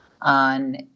on